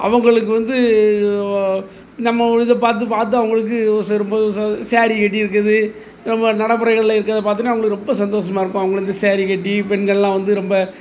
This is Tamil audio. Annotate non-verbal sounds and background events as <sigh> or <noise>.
அவங்களுக்கு வந்து ஓ நம்மளது பார்த்து பார்த்து அவங்களுக்கு ஒரு <unintelligible> ஸேரீ கட்டிருக்கிறது நம்ம நடைமுறைகளில் இருக்கிறது பார்த்தீங்கன்னா அவங்களுக்கு ரொம்ப சந்தோசமா இருக்கும் அவங்களும் இந்த ஸேரீ கட்டி பெண்கள்லாம் வந்து ரொம்ப